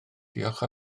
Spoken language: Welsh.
diolch